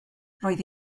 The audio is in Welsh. roedd